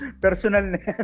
personal